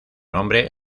nombre